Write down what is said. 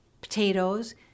potatoes